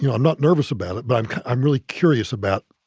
you know i'm not nervous about it, but i'm i'm really curious about